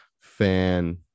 fan